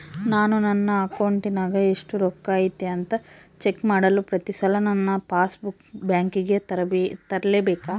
ನಾನು ನನ್ನ ಅಕೌಂಟಿನಾಗ ಎಷ್ಟು ರೊಕ್ಕ ಐತಿ ಅಂತಾ ಚೆಕ್ ಮಾಡಲು ಪ್ರತಿ ಸಲ ನನ್ನ ಪಾಸ್ ಬುಕ್ ಬ್ಯಾಂಕಿಗೆ ತರಲೆಬೇಕಾ?